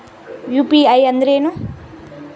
UPI ಅಂದ್ರೇನು?